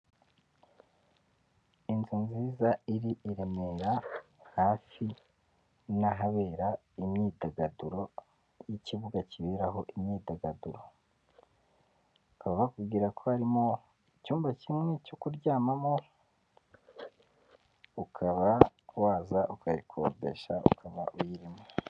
Inzu nziza iri i Remera hafi n'ahabera imyidagaduro y'ikibuga kiberaho imyidagaduro bakaba bakubwira ko harimo icyumba kimwe cyo kuryamamo ukaba waza ukayikodesha ukaba uyirimo.